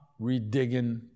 redigging